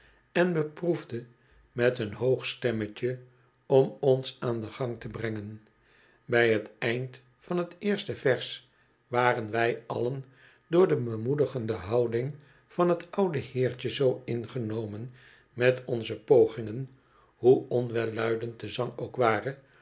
en beproefde met een hoog stemmetje om ons aan den gang te brengen bij het eind van het eerste vers waren wij allen door de bemoedigende houding van het oude heertje zoo ingenomen met onze pogingen hoe onwelluidend de zang ook ware